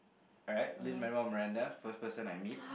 alright Lin-Manuel-Marinda first person I meet